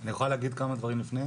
אני מתכבדת לפתוח את ישיבת הוועדה,